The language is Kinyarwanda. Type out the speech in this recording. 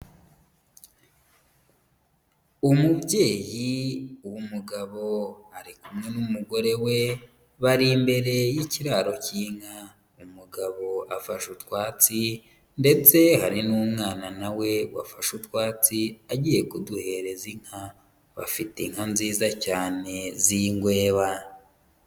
Umubyeyi w'umugabo ari kumwe n'umugore we, bari imbere y'ikiraro k'inka umugabo afashe utwatsi, ndetse hari n'umwana na we wafashe utwatsi agiye kuduhereza inka, bafite inka nziza cyane z'ingweba.